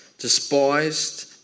despised